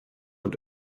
und